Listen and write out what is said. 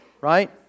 right